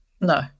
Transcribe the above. No